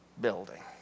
building